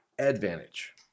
advantage